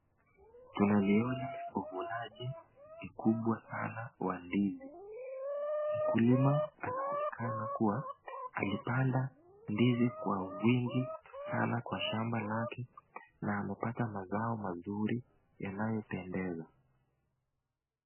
Tunaliona uvunaji makubwa sana wa ndizi. Mkulima anaonekana kuwa alipanda ndizi kwa wingi sana kwa shamba lake na amepata mazao mazuri yanayopendeza .